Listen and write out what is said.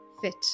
fit